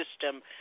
system